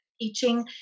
Teaching